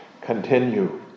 continue